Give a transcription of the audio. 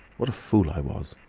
what a fool i was!